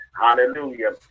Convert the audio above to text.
hallelujah